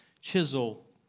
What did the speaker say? chisel